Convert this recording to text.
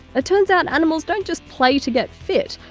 it turns out animals don't just play to get fit,